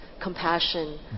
compassion